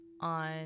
on